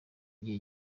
gihe